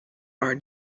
are